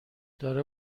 داره